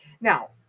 Now